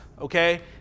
okay